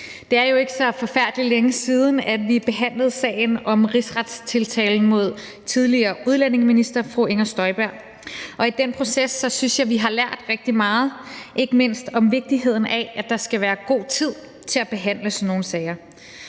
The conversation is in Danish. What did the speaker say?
Det er jo ikke så forfærdelig længe siden, at vi behandlede sagen om rigsretstiltale mod tidligere udlændingeminister fru Inger Støjberg. I den proces synes jeg vi har lært rigtig meget, ikke mindst om vigtigheden af, at der skal være god tid til at behandle sådan nogle sager.